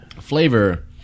Flavor